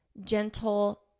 gentle